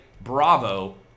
Bravo